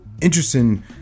interesting